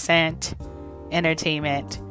entertainment